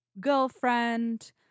girlfriend